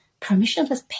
permissionless